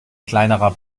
kleinerer